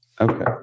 Okay